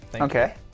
Okay